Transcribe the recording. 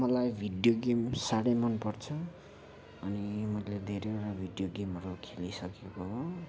मलाई video game साह्रै मन पर्छ अनि मैले धेरैवटा भिडियो गेमहरू खेलिसकेको हो